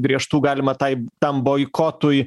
brėžtų galima tai tam boikotui